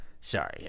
sorry